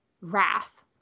wrath